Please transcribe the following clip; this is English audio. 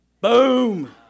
boom